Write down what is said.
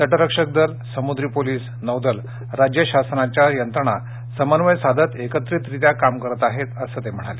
तट रक्षक दल समुद्री पोलीस नौदल राज्यशासनाच्या यंत्रणा समन्वय साधत एकत्रितरित्या काम करत आहेत असं त्यांनी सांगितलं